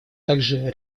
также